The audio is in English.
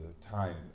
time